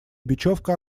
бечевка